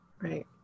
right